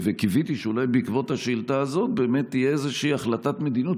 קיוויתי שאולי בעקבות השאילתה הזאת תהיה איזושהי החלטת מדיניות.